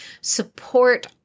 Support